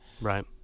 Right